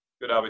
Good